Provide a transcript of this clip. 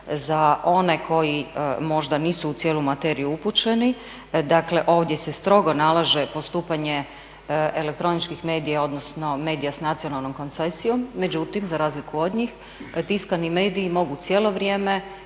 Za one koji možda nisu u cijelu materiju upućeni dakle ovdje se strogo nalaže postupanje elektroničkih medija odnosno medija s nacionalnom koncesijom, međutim za razliku od njih tiskani mediji mogu cijelo vrijeme